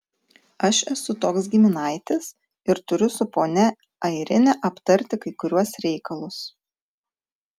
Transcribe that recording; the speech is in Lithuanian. aš esu toks giminaitis ir turiu su ponia airine aptarti kai kuriuos reikalus